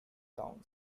town